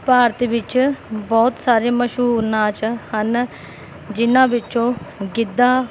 ਭਾਰਤ ਵਿੱਚ ਬਹੁਤ ਸਾਰੇ ਮਸ਼ਹੂਰ ਨਾਚ ਹਨ ਜਿਨ੍ਹਾਂ ਵਿੱਚੋਂ ਗਿੱਧਾ